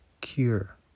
cure